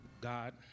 God